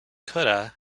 ceuta